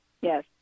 Yes